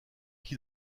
qui